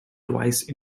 twice